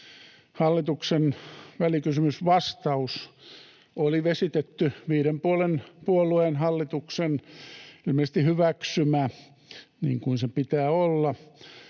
Hallituksen välikysymysvastaus oli vesitetty, ilmeisesti viiden puolueen hallituksen hyväksymä, niin kuin sen pitää olla,